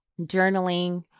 journaling